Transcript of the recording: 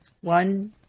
one